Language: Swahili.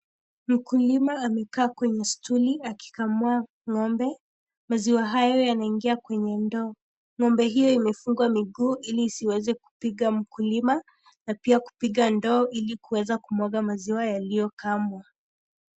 Mkulima amekaa kwenye stuli akikamua ng'ombe. Maziwa hayo yanaingia kwenye ndoo. Ng'ombe hiyo imefungwa miguu ili isiweze kupiga mkulima na pia kupiga ndoo ili kuweza kumwaka maziwa yaliyokamwa.